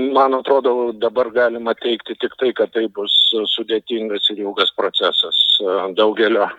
man atrodo dabar galima teigti tiktai kad tai bus sudėtingas ir ilgas procesas daugelio